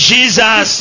Jesus